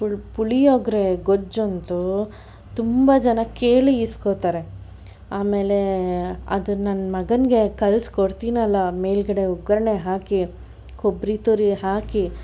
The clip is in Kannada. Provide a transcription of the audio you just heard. ಫುಲ್ ಪುಳಿಯೋಗರೆ ಗೊಜ್ಜಂತು ತುಂಬ ಜನ ಕೇಳಿ ಈಸ್ಕೊತಾರೆ ಆಮೇಲೆ ಅದು ನನ್ನ ಮಗನಿಗೆ ಕಲಸ್ಕೊಡ್ತೀನಲ್ಲ ಮೇಲ್ಗಡೆ ಒಗ್ಗರಣೆ ಹಾಕಿ ಕೊಬ್ಬರಿ ತುರಿ ಹಾಕಿ